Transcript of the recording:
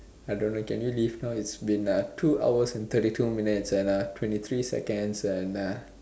I don't know can you leave now it's been uh two hours and thirty two minutes and uh twenty three seconds and uh